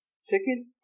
Second